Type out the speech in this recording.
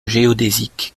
géodésique